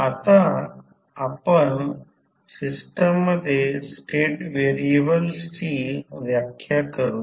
आता आपण सिस्टम मध्ये स्टेट व्हेरिएबल्सची व्याख्या करूया